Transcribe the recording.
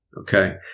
okay